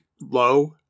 low